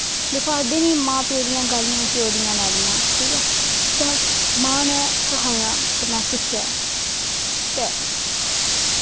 दिक्खो आखदे नां मां प्यो दियां गालियां घ्यो दियां नालियां ठीक ऐ ते मां नै सखाया ते में सिक्खेआ ते